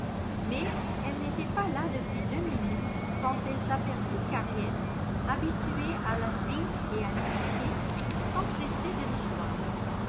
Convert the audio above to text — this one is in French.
mais elle n'était pas là depuis deux minutes quand elle s'aperçut qu'harriet habituée à la suivre et à l'imiter s'empressait de